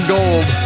Gold